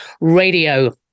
Radio